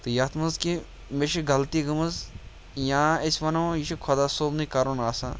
تہٕ یَتھ منٛز کہِ مےٚ چھِ غلطی گٔمٕژ یا أسۍ وَنو یہِ چھِ خۄدا صوبنٕے کَرُن آسان